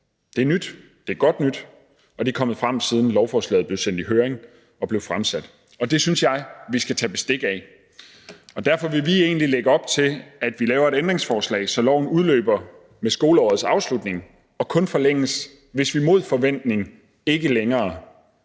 sommerferien. Det er godt nyt, og det er kommet frem, siden lovforslaget blev sendt i høring og blev fremsat, og det synes jeg vi skal tage bestik af. Derfor vil vi egentlig lægge op til, at vi laver et ændringsforslag, så loven udløber med skoleårets afslutning og kun forlænges, hvis vi mod forventning stadig væk er